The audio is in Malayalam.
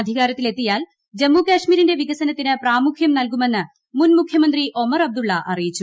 അധികാരത്തിലെത്തിയാൽ ജമ്മു കശ്മിരിന്റെ വികസനത്തിന് പ്രാമുഖ്യം നൽകുമെന്ന് മുൻ മുഖ്യമന്ത്രി ഒമർ അബ്ദുള്ള അറിയിച്ചു